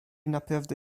naprawdę